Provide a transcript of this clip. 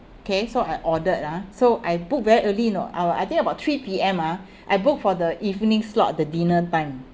K so I ordered ah so I booked very early you know our I think about three P_M ah I booked for the evening slot the dinner time